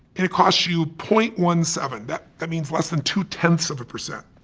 and it costs you point one seven. that that means less than two tenths of a percent.